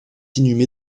inhumé